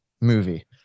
movie